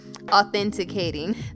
authenticating